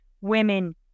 women